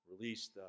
released